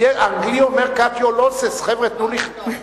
עד עין-כרם.